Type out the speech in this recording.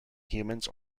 humans